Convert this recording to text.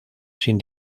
sin